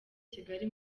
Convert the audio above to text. kigali